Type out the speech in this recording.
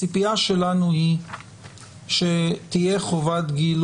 הציפייה שלנו היא שתהיה חובת גילוי